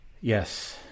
Yes